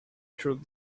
through